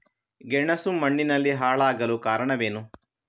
ಗೆಣಸು ಮಣ್ಣಿನಲ್ಲಿ ಹಾಳಾಗಲು ಕಾರಣವೇನು?